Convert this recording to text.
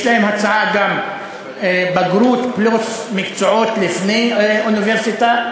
יש להם הצעה גם בגרות פלוס מקצועות לפני אוניברסיטה,